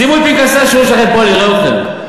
שימו את פנקסי השירות שלכם פה, נראה אתכם.